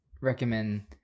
recommend